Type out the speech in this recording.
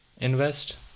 invest